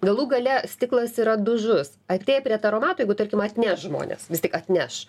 galų gale stiklas yra dužus atėję prie taromato jeigu tarkim atneš žmonės vis tik atneš